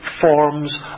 forms